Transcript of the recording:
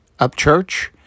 Upchurch